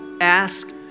ask